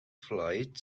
flight